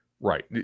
Right